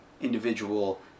individual